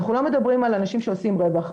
אנחנו לא מדברים פה על אנשים שעושים רווח.